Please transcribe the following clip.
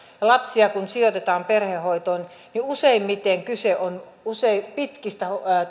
kun lapsia sijoitetaan perhehoitoon niin useimmiten kyse on pitkistä